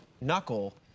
knuckle